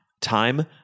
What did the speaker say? Time